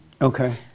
Okay